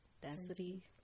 density